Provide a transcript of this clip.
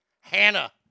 Hannah